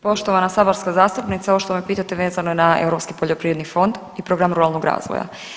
Poštovana saborska zastupnice, ovo što me pitate vezano je na Europski poljoprivredni fond i program ruralnog razvoja.